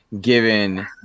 given